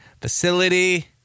facility